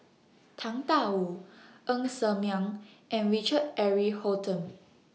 Tang DA Wu Ng Ser Miang and Richard Eric Holttum